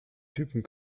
typen